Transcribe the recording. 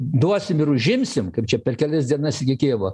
duosim ir užimsim kaip čia per kelias dienas iki kijevo